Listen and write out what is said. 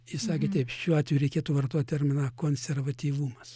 jis sakė teip šiuo atveju reikėtų vartot terminą konservatyvumas